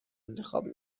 انتخاب